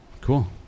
Cool